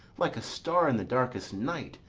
like a star in the darkest night,